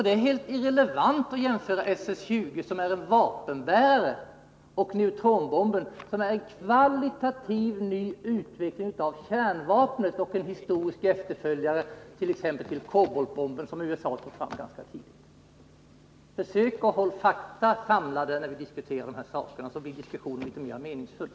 Det är helt irrelevant att jämföra SS-20, som är vapenbärare, och neutronbomben, som är en kvalitativ utveckling av kärnvapen och en historisk efterföljare till exempelvis koboltbomben, som USA tog fram ganska tidigt. Försök hålla fakta samlade när vi diskuterar dessa saker, så blir diskussionen mer meningsfull!